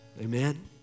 Amen